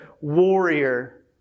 warrior